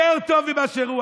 יותר טוב ממה שהוא היה.